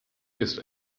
ist